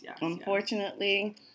unfortunately